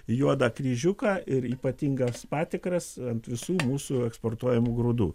juodą kryžiuką ir ypatingas patikras ant visų mūsų eksportuojamų grūdų